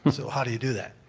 so how do you do that?